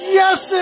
yes